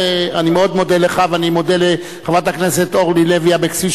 אני מאוד מודה לך ואני מודה לחברת הכנסת אורלי לוי אבקסיס,